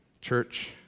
Church